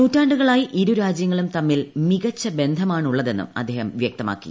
നൂറ്റാണ്ടുകളായി ഇരു രാജ്യങ്ങളും തമ്മിൽ മികുച്ച ബന്ധമാണുള്ളതെന്നും അദ്ദേഹം വൃക്തമാക്കി